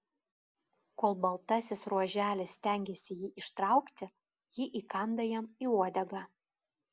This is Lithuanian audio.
kol baltasis ruoželis stengiasi jį ištraukti ji įkanda jam į uodegą